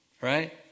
right